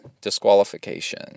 Disqualification